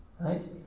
Right